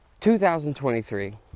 2023